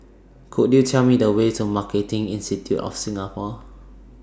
Could YOU Tell Me The Way to Marketing Institute of Singapore